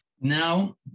Now